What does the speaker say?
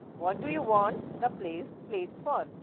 what do you want the plates plates for?